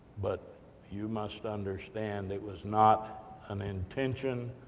but you must understand, it was not an intention.